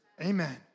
Amen